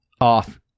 off